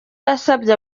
yasabye